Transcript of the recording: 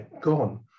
gone